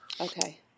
Okay